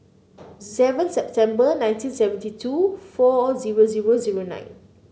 seven September nineteen seventy two four zero zero zero nine